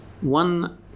One